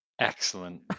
Excellent